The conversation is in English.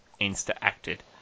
Insta-acted